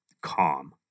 calm